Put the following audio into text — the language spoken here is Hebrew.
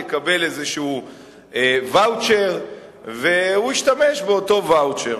הוא יקבל איזשהו ואוצ'ר והוא ישתמש באותו ואוצ'ר.